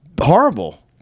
horrible